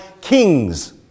kings